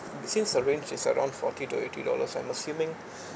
since the range is around forty to eighty dollars I'm assuming